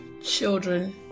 children